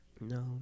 No